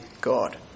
God